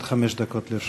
עד חמש דקות לרשותך.